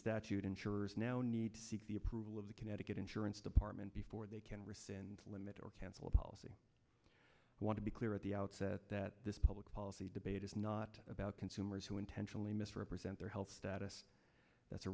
statute insurers now need to seek the approval of the connecticut insurance department before they can rescind limit or cancel a policy want to be clear at the outset that this public policy debate is not about consumers who intentionally misrepresent their health status